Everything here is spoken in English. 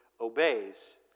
obeys